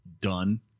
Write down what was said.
done